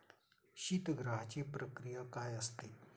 शीतगृहाची प्रक्रिया काय असते?